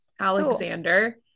Alexander